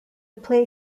play